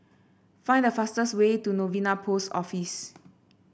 find the fastest way to Novena Post Office